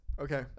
Okay